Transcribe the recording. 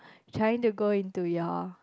trying to go into your